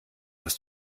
was